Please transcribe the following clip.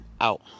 Out